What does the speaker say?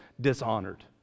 dishonored